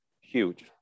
huge